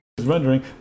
Rendering